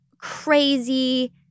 crazy